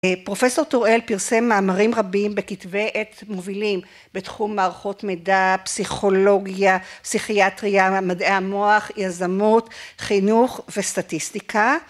פרופסור טוראל פרסם מאמרים רבים בכתבי עת מובילים בתחום מערכות מידע, פסיכולוגיה, פסיכיאטריה, מדעי המוח, יזמות, חינוך וסטטיסטיקה.